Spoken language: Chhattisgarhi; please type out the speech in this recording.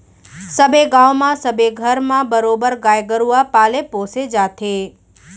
सबे गाँव म सबे घर म बरोबर गाय गरुवा पाले पोसे जाथे